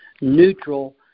neutral